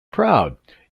proud